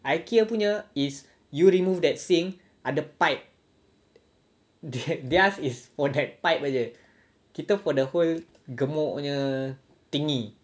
IKEA punya is you remove that sink ada pipe theirs is for that pipe jer kita for the whole gemuk punya thingy